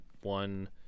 one